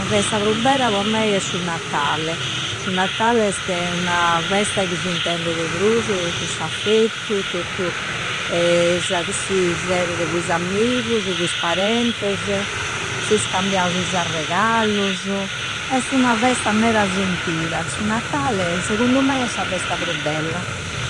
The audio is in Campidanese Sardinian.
Sa festa pru bella po mei è su Natalle. Su Natalle este una festa chi s'intende de prusu, tottu s'affettu, tottu sa de si d'erere cu is amigusu, cu is parentese. Si scambiausu is arregallusu. Esti una festa meda sentida. Su Natalle, segundu mei, è sa festa pru bella.